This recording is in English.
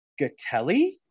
Gatelli